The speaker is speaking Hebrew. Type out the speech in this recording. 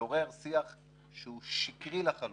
לעורר שיח שהוא שקרי לחלוטין,